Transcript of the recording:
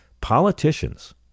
politicians